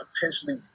potentially